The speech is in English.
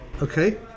Okay